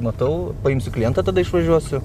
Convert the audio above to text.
matau paimsiu klientą tada išvažiuosiu